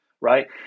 right